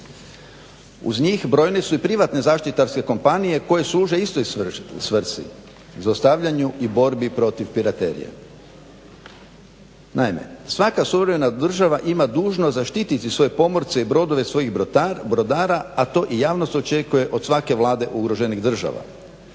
Uz njih brojne su i privatne zaštitarske kompanije koje služe istoj svrsi zaustavljanju i borbi protiv piraterije. Naime, svaka suvremena država ima dužnost zaštiti svoje pomorce i brodove svojih brodara, a to i javnost očekuje od svake Vlade ugroženih država.